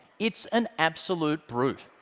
it's an absolute brute.